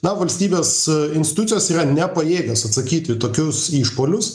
na valstybės instucijos yra nepajėgios atsakyti į tokius išpuolius